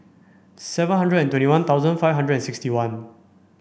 seven hundred and twenty one thousand five hundred and sixty one